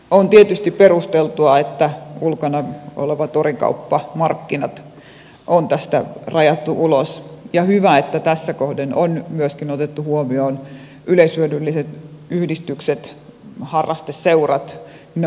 on tietysti perusteltua että ulkona oleva torikauppa markkinat on tästä rajattu ulos ja hyvä että tässä kohden on myöskin otettu huomioon yleishyödylliset yhdistykset harrasteseurat ynnä muuta